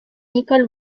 nicole